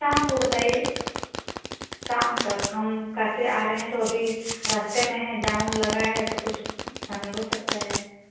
शाम को बताइए शाम तक हम कार से आ रहे हैं तो अभी रस्ते में है जाम उम लगा हैं तो कुछ समय हो सकता है